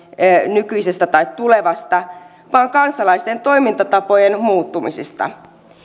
nykyisestä tai tulevasta vaan kansalaisten toimintatapojen muuttumisista